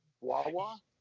Wawa